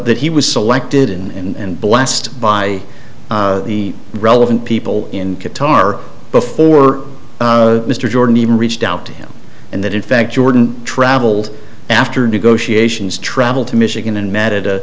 that he was selected and blessed by the relevant people in qatar before mr jordan even reached out to him and that in fact jordan traveled after negotiations traveled to michigan and met at a